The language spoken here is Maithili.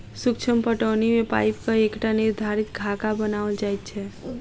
सूक्ष्म पटौनी मे पाइपक एकटा निर्धारित खाका बनाओल जाइत छै